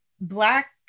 black